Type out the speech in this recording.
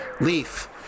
Leaf